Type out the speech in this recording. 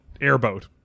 airboat